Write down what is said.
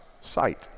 sight